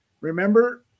remember